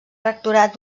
rectorat